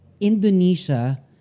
Indonesia